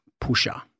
pusher